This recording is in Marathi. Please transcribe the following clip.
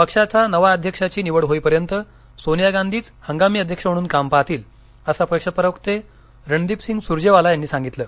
पक्षाचा नव्या अध्यक्षाची निवड होईपर्यंत सोनिया गांधीच हंगामी अध्यक्ष म्हणून काम पाहतील असं पक्ष प्रवक्ते रणदीपसिंग सुरजेवाला यांनी सांगितलं